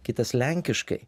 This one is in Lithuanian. kitas lenkiškai